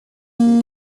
beef